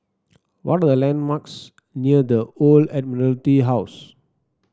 what are the landmarks near The Old Admiralty House